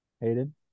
Hayden